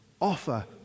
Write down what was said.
Offer